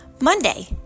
Monday